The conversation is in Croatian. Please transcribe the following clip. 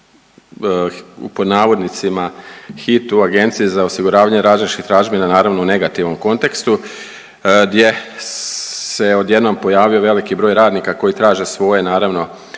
u, pod navodnicima hit u Agenciji za osiguranje radničkih tražbina naravno u negativnom kontekstu gdje se odjednom pojavio veliki broj radnika koji traže svoje, naravno,